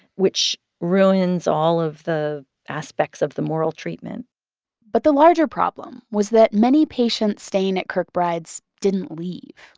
which ruins all of the aspects of the moral treatment but the larger problem was that many patients staying at kirkbrides didn't leave.